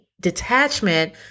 detachment